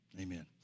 Amen